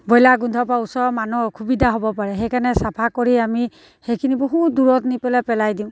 broiler গোন্ধৰপৰা ওচৰৰ মানুহৰ অসুবিধা হ'ব পাৰে সেইকাৰণে চাফা কৰি আমি সেইখিনি বহুত দূৰত নি পেলাই পেলাই দিওঁ